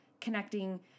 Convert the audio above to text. connecting